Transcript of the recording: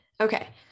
Okay